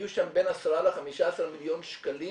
יהיו שם בין 10 ל-15 מיליון שקלים